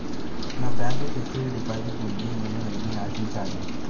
నా bank fixed deposit నుండి నేను ఏమి ఆశించాలి?